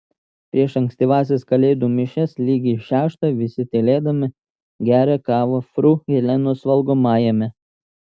prieš ankstyvąsias kalėdų mišias lygiai šeštą visi tylėdami geria kavą fru helenos valgomajame